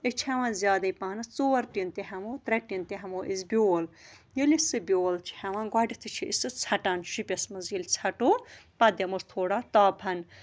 أسۍ چھِ ہٮ۪وان زیادَے پَہنس ژور ٹیٖن تہِ ہٮ۪مو ترٛےٚ ٹیٖن تہِ ہٮ۪مو أسۍ بیول ییٚلہِ أسۍ سُہ بیول چھِ ہٮ۪وان گۄڈنٮ۪تھٕے چھِ أسۍ سُہ ژھَٹان شُپِس منٛز ییٚلہِ ژھَٹو پَتہٕ دِموس تھوڑا تاپہن